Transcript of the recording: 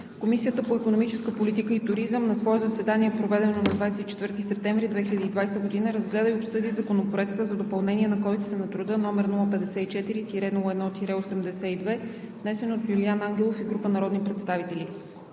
Комисията по икономическа политика и туризъм на свое заседание, проведено на 24 септември 2020 г., разгледа и обсъди Законопроект за допълнение на Кодекса на труда, № 054-01-82, внесен от Юлиан Ангелов и група народни представители.